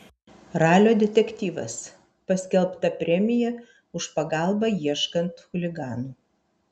ralio detektyvas paskelbta premija už pagalbą ieškant chuliganų